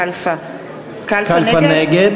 קלפה נגד.